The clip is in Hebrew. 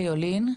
יולין,